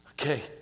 Okay